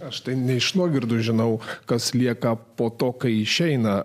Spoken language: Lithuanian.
aš tai ne iš nuogirdų žinau kas lieka po to kai išeina